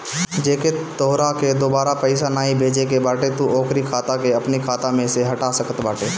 जेके तोहरा के दुबारा पईसा नाइ भेजे के बाटे तू ओकरी खाता के अपनी खाता में से हटा सकत बाटअ